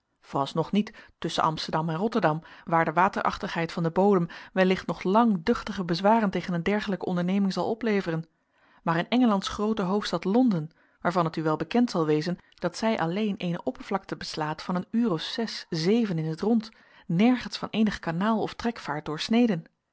is vooralsnog niet tusschen amsterdam en rotterdam waar de waterachtigheid van den bodem wellicht nog lang duchtige bezwaren tegen een dergelijke onderneming zal opleveren maar in engelands groote hoofdstad londen waarvan het u wel bekend zal wezen dat zij alleen eene oppervlakte beslaat van een uur of zes zeven in t rond nergens van eenig kanaal of trekvaart doorsneden